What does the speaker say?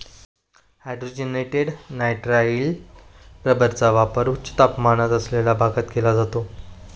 hydrogenated nitrile रबरचा वापर उच्च तापमान असलेल्या भागात केला जातो